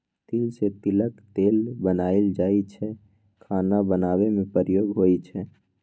तिल सँ तिलक तेल बनाएल जाइ छै खाना बनेबा मे प्रयोग होइ छै